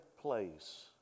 place